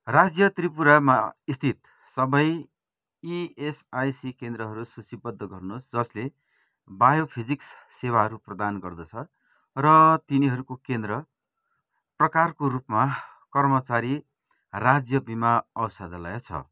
राज्य त्रिपुरामा स्थित सबै इएसआइसी केन्द्रहरू सूचीबद्ध गर्नुहोस् जसले बायोफिजिक्स सेवाहरू प्रदान गर्दछ र तिनीहरूको केन्द्र प्रकारको रूपमा कर्मचारी राज्य बिमा औषधालय छ